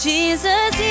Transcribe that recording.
Jesus